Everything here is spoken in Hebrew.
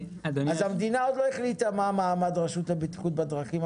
אז המדינה עוד לא החליטה מה מעמד הרשות לבטיחות בדרכים,